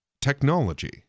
technology